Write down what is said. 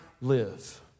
live